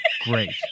Great